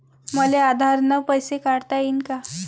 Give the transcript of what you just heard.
मले आधार न पैसे काढता येईन का?